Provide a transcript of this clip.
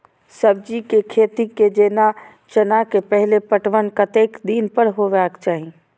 सब्जी के खेती में जेना चना के पहिले पटवन कतेक दिन पर हेबाक चाही?